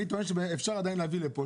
אני טוען שאפשר עדיין להביא לפה,